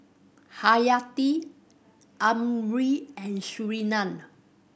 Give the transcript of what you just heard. Hayati Amrin and Surinam